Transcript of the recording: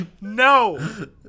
No